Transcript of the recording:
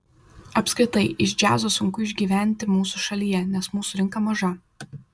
apskritai iš džiazo sunku išgyventi mūsų šalyje nes mūsų rinka maža